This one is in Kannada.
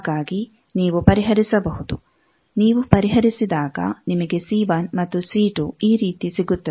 ಹಾಗಾಗಿ ನೀವು ಪರಿಹರಿಸಬಹುದು ನೀವು ಪರಿಹರಿಸಿದಾಗ ನಿಮಗೆ C1 ಮತ್ತು C2 ಈ ರೀತಿ ಸಿಗುತ್ತದೆ